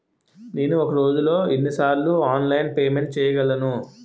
నేను ఒక రోజులో ఎన్ని సార్లు ఆన్లైన్ పేమెంట్ చేయగలను?